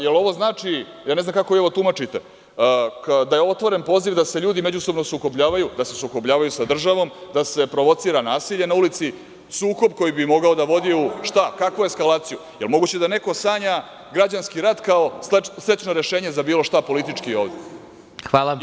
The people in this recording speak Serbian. Jel ovo znači, ja ne znam kako ovo tumačite, da je otvoren poziv da se ljudi međusobno sukobljavaju, da se sukobljavaju sa državom, da se provocira nasilje na ulici, sukob koji bi mogao da vodi, šta u kakvu eskalaciju, jel moguće da neko sanja građanski rat, kao srećno rešenje za bilo šta, politički ovde?